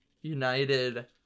United